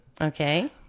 Okay